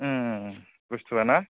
बुस्थुया ना